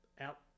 out